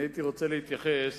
אני רוצה להתייחס